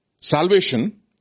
salvation